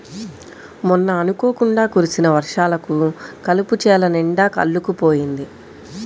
మొన్న అనుకోకుండా కురిసిన వర్షాలకు కలుపు చేలనిండా అల్లుకుపోయింది